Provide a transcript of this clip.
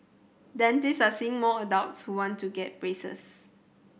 dentist are seeing more adults who want to get braces